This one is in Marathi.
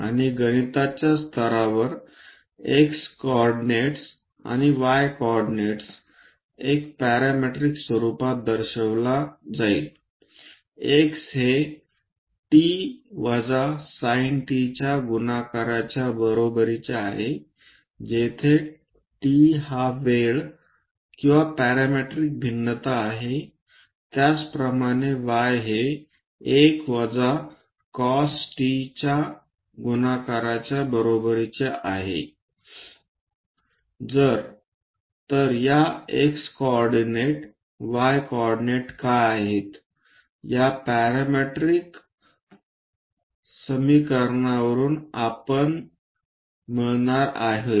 आणि गणिताच्या स्तरावर x कोऑर्डिनेट आणि y कोऑर्डिनेट एक पॅरामीट्रिक स्वरूपात दर्शविला जाईल x हे a t वजा sin t च्या गुणाकाराच्या बरोबरीचे आहे जेथे t हा वेळ किंवा पॅरामीट्रिक भिन्नता आहे